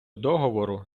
договору